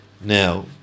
Now